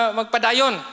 magpadayon